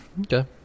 Okay